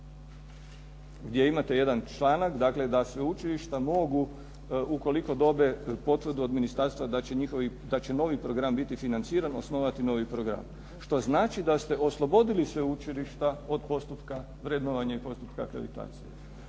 Gdje imate jedan članak dakle, da sveučilišta mogu ukoliko dobe potvrdu od ministarstva da će novi program biti financiran osnovati novi program. Što znači da ste oslobodili učilišta od postupka vrednovanja i postupka akreditacije.